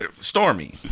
Stormy